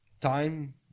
time